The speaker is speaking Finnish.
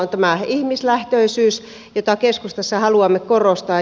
on tämä ihmislähtöisyys jota keskustassa haluamme korostaa